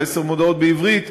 ועשר המודעות בעברית